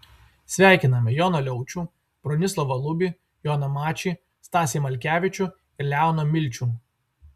sveikiname joną liaučių bronislovą lubį joną mačį stasį malkevičių ir leoną milčių